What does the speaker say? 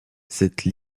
cette